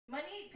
Money